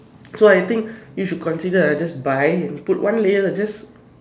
so I think you should consider uh just buy and put one layer just